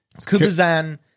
Kubazan